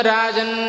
Rajan